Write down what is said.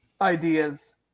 ideas